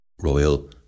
royal